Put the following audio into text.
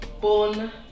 Born